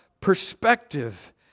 perspective